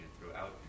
throughout